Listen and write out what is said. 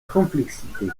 complexité